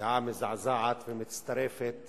ידיעה מזעזעת שמצטרפת